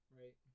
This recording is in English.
right